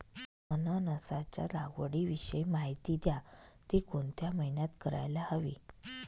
अननसाच्या लागवडीविषयी माहिती द्या, ति कोणत्या महिन्यात करायला हवी?